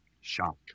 shock